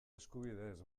eskubideez